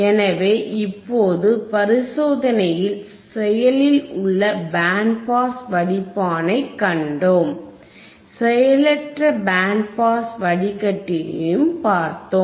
எனவே இப்போது பரிசோதனையில் செயலில் உள்ள பேண்ட் பாஸ் வடிப்பானைக் கண்டோம் செயலற்ற பேண்ட் பாஸ் வடிகட்டியும்பார்த்தோம்